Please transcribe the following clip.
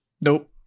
Nope